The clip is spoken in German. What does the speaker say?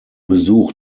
besuch